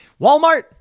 Walmart